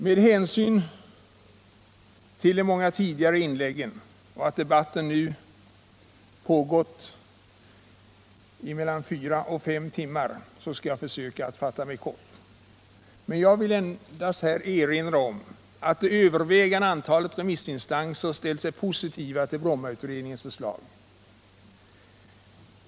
Med hänsyn till de många tidigare inläggen och till att debatten nu pågått i snart fem timmar skall jag försöka fatta mig kort. Jag vill först erinra om att det övervägande antalet remissinstanser ställt sig positiva till Brommautredningens förslag.